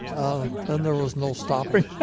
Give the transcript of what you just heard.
um then there was no stopping